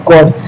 God